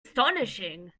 astonishing